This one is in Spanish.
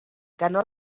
ganó